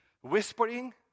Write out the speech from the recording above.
whispering